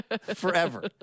forever